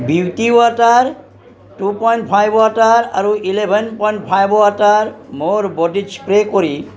beauty water two point five water আৰু eleven point five water মোৰ বডিত spray কৰি